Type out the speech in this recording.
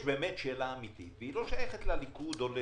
יש באמת שאלה אמיתית והיא לא שייכת לליכוד.